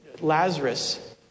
Lazarus